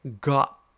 got